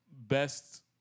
best